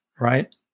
right